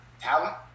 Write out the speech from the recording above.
talent